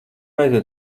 aiziet